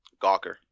Gawker